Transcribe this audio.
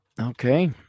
Okay